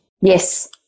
Yes